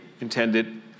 intended